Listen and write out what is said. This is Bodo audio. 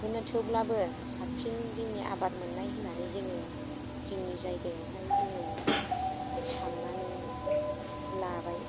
बेखौनो थेवब्लाबो साबसिन जोंनि आबाद मोननाय होननानै जोङो जोंनि जायगायावहाय जोङो साननानै लाबाय